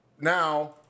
now